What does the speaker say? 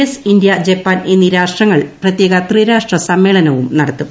S India Japan എന്നീ രാഷ്ട്രങ്ങൾ പ്രത്യേക ത്രിരാഷ്ട്ര സമ്മേളനവും നടത്തും